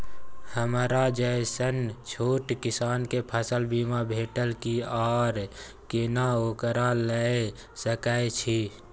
हमरा जैसन छोट किसान के फसल बीमा भेटत कि आर केना ओकरा लैय सकैय छि?